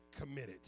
committed